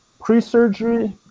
pre-surgery